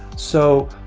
so,